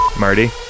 Marty